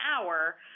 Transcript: hour